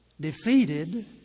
defeated